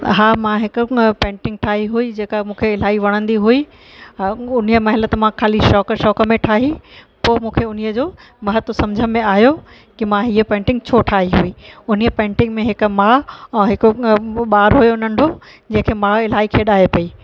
हा मां हिकु पेंटिंग ठाही हुई जेका मूंखे इलाही वणंदी हुई उन महिल त मां खाली शौक़ शौक़ में ठाही पोइ मूंखे उन्हीअ जो महत्व सम्झि में आहियो कि मां हीअ पेंटिंग छो ठाही हुयी हिन पेंटिंग में हिकु मां और हिक ॿार हुयो नंढो जेके माउ इलाही खिलाए पयी